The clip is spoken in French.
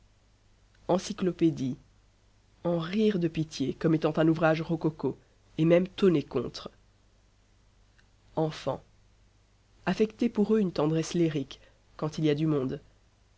encyclopédie en rire de pitié comme étant un ouvrage rococo et même tonner contre enfants affecter pour eux une tendresse lyrique quand il y a du monde